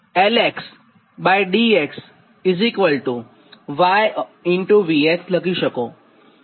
તો આ સમીકરણ 22 થશે